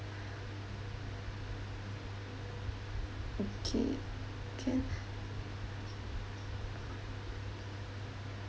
okay can